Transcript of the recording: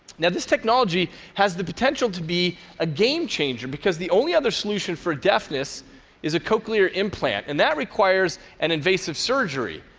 now, this technology has the potential to be a game-changer, because the only other solution for deafness is a cochlear implant, and that requires an invasive surgery.